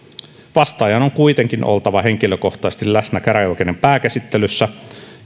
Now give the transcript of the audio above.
vastaajan on kuitenkin oltava henkilökohtaisesti läsnä käräjäoikeuden pääkäsittelyssä